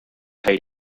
paid